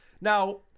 Now-